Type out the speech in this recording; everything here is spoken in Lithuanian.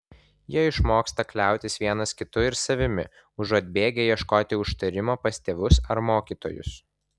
jie išmoksta kliautis vienas kitu ir savimi užuot bėgę ieškoti užtarimo pas tėvus ar mokytojus